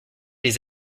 les